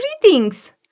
greetings